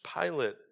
Pilate